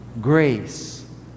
Grace